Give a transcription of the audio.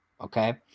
Okay